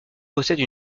possède